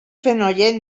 fenollet